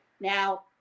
Now